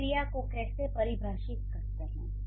हम क्रिया को कैसे परिभाषित करते हैं